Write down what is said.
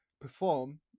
perform